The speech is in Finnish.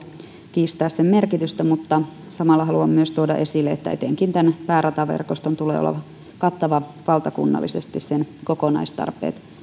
kiistää näiden tarpeiden merkitystä mutta samalla haluan myös tuoda esille että etenkin tämän päärataverkoston tulee olla kattava valtakunnallisesti sen kokonaistarpeet